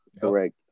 Correct